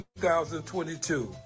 2022